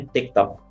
TikTok